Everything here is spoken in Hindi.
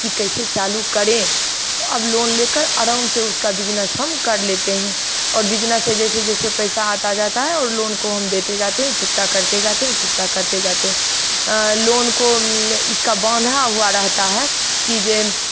कि कैसे चालू करें तो अब लोन लेकर आराम से उसका बिजनेस हम कर लेते हैं और बिजनेस से जैसे जैसे पैसा आता जाता है और लोन को हम देते जाते हैं चुकता करते जाते हैं चुकता करते जाते हैं लोन को इसका बाँधा हुआ रहता है कि जे